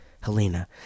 Helena